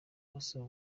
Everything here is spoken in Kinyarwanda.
basaba